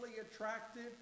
attractive